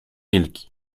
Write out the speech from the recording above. wilki